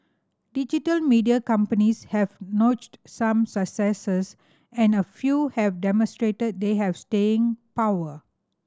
digital media companies have notched some successes and a few have demonstrated they have staying power